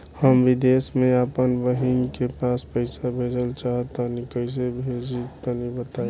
हम विदेस मे आपन बहिन के पास पईसा भेजल चाहऽ तनि कईसे भेजि तनि बताई?